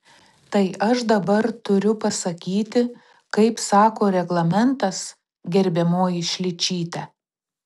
tai aš dabar turiu pasakyti kaip sako reglamentas gerbiamoji šličyte